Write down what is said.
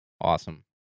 Awesome